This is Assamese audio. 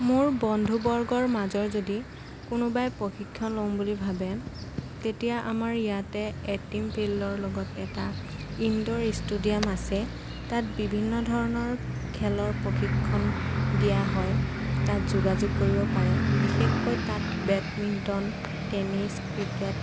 মোৰ বন্ধুবৰ্গৰ মাজৰ যদি কোনোবাই প্ৰশিক্ষণ ল'ম বুলি ভাবে তেতিয়া আমাৰ ইয়াতে এটিম ফিল্ডৰ লগত এটা ইনড'ৰ ষ্টেডিয়াম আছে তাত বিভিন্ন ধৰণৰ খেলৰ প্ৰশিক্ষণ দিয়া হয় তাত যোগাযোগ কৰিব পাৰে বিশেষকৈ তাত বেডমিণ্টন টেনিছ ক্ৰিকেট